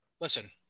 listen